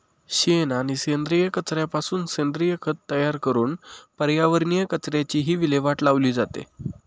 शेण आणि सेंद्रिय कचऱ्यापासून सेंद्रिय खत तयार करून पर्यावरणीय कचऱ्याचीही विल्हेवाट लावली जाते